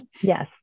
Yes